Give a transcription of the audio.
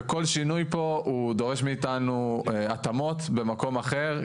וכל שינוי פה הוא דורש מאיתנו התאמות במקום אחר,